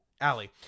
Allie